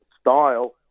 style